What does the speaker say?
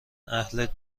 اهل